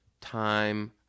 time